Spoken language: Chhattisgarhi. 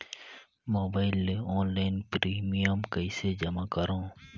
मोबाइल ले ऑनलाइन प्रिमियम कइसे जमा करों?